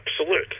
absolute